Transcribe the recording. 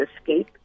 escape